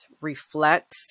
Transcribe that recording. reflect